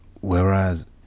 whereas